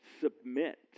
submit